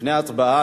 לפני ההצבעה,